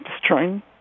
destroying